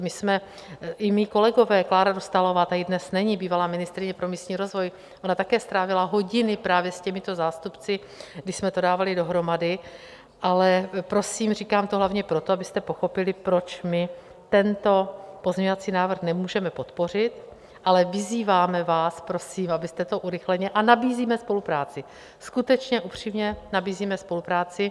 My jsme, i mí kolegové, Klára Dostálová tady dnes není, bývalá ministryně pro místní rozvoj, ona také strávila hodiny právě s těmito zástupci, když jsme to dávali dohromady, ale prosím, říkám to hlavně proto, abyste pochopili, proč my tento pozměňovací návrh nemůžeme podpořit, ale vyzýváme vás, prosím, abyste to urychleně, a nabízíme spolupráci, skutečně upřímně nabízíme spolupráci.